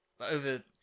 over